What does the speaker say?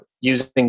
using